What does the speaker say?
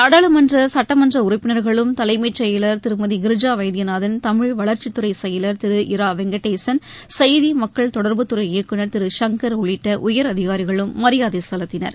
நாடாளுமன்ற சட்டமன்ற உறுப்பினர்களும் தலைமச் செயலர் திருமதி கிரிஜா வைத்தியநாதன் தமிழ் வளர்ச்சித் துறை செயலர் திரு இரா வெங்கடேசன் செய்தி மக்கள் தொடர்புத்துறை இயக்குனர் திரு சங்கர் உள்ளிட்ட உயரதிகாரிகளும் மரியாதை செலுத்தினர்